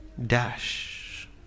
dash